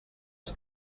als